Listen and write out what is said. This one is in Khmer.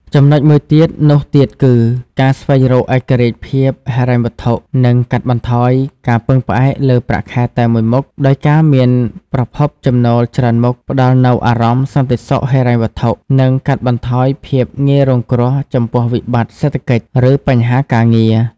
ចំណុចមួយទៀតនោះទៀតគឺ ការស្វែងរកឯករាជ្យភាពហិរញ្ញវត្ថុ និងកាត់បន្ថយការពឹងផ្អែកលើប្រាក់ខែតែមួយមុខ ដោយការមានប្រភពចំណូលច្រើនមុខ ផ្តល់នូវអារម្មណ៍សន្តិសុខហិរញ្ញវត្ថុ និងកាត់បន្ថយភាពងាយរងគ្រោះចំពោះវិបត្តិសេដ្ឋកិច្ច ឬបញ្ហាការងារ។